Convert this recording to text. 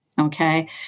Okay